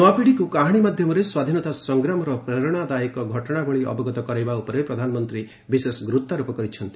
ନୂଆ ପିଢିକୁ କାହାଣୀ ମାଧ୍ୟମରେ ସ୍ୱାଧୀନତା ସଂଗ୍ରାମର ପ୍ରେରଣା ଦାୟକ ଘଟଣା ଭଳି ଅବଗତ କରାଇବା ଉପରେ ପ୍ରଧାନମନ୍ତ୍ରୀ ବିଶେଷ ଗୁରୁତ୍ୱାରୋପ କରିଛନ୍ତି